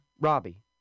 Robbie